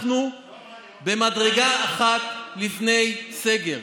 אנחנו במדרגה אחת לפני סגר.